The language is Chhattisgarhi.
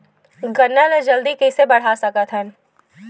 गन्ना ल जल्दी कइसे बढ़ा सकत हव?